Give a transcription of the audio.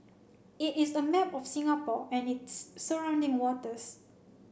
it is a map of Singapore and its surrounding waters